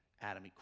Adam